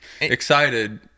Excited